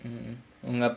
mm